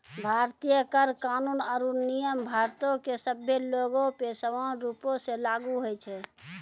भारतीय कर कानून आरु नियम भारतो के सभ्भे लोगो पे समान रूपो से लागू होय छै